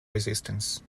resistance